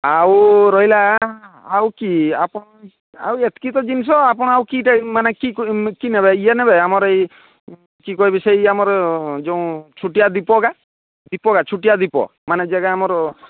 ଆଉ ରହିଲା ଆଉ କି ଆପଣ ଆଉ ଏତିକି ତ ଜିନିଷ ଆପଣ ଆଉ କେଉଁଟା ମାନେ କି କି ନେବେ ଇଏ ନେବେ ଆମର ଏଇ କି କହିବି ସେଇ ଆମର ଯେଉଁ ଛୋଟିଆ ଦୀପ ଗା ଦୀପ ଗା ଛୁଟିଆ ଦୀପ ମାନେ ଯେଉଁଟା ଆମର